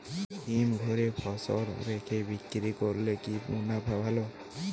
হিমঘরে ফসল রেখে বিক্রি করলে কি মুনাফা ভালো?